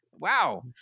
Wow